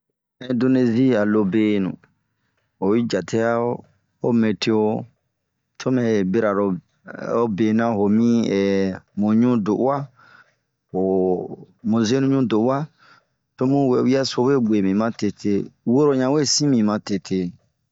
Ɛndonezie a loo benu, oyi jate'a ho meto, to mɛɛ e bira lo to bena ho mi mun ɲuu do'oa. Ho mun zenuɲu do'oa, bun wewia so ɲa we ge bin matete, woro ɲawe sin bin matete.